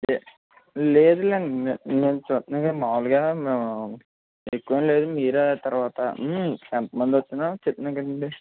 లే లేదులెండి మే మే చూత్నాంగా మావులుగా మేము ఎక్కువేంలేదు మీరే తర్వాత ఎంతమందొచ్చినా చెప్పినా కదండి